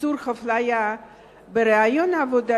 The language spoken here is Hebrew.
לאיסור הפליה בראיון עבודה,